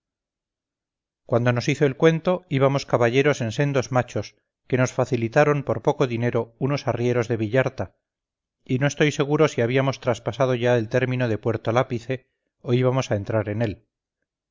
cuando nos hizo el cuento íbamos caballeros en sendos machos que nos facilitaron por poco dinero unos arrieros de villarta y no estoy seguro si habíamos traspasado ya el término de puerto lápice o íbamos a entrar en él